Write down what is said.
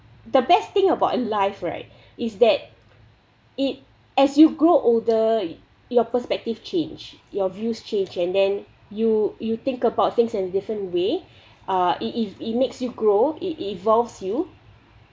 the best thing about in life right is that it as you grow older your perspective changed your views change and then you you think about things in a different way ah it it makes you grow it evolves you